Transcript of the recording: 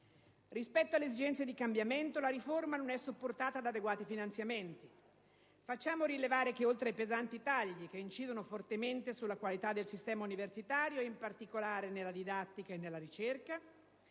Rispetto alle esigenze del cambiamento, la riforma non è supportata da adeguati finanziamenti. Facciamo rilevare che, oltre ai pesanti tagli che incidono fortemente sulla qualità del sistema universitario e in particolare nella didattica e nella ricerca,